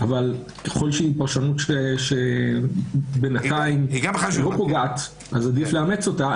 אבל ככל שהיא פרשנות שבינתיים לא פוגעת אז עדיף לאמץ אותה.